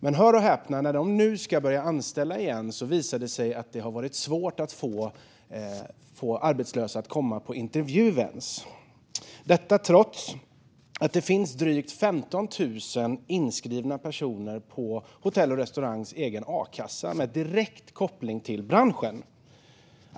Men hör och häpna - när de nu ska börja anställa igen visar det sig att det är svårt att få arbetslösa att komma på intervju ens, trots att det i de hotell och restauranganställdas egen a-kassa finns drygt 15 000 inskrivna personer med direkt koppling till branschen.